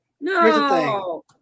No